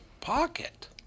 Pocket